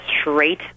straight